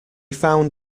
found